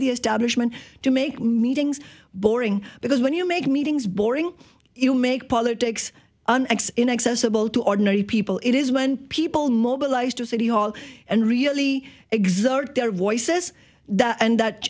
the establishment to make meetings boring because when you make meetings boring you make politics an x inaccessible to ordinary people it is when people mobilized to city hall and really exert their voices and that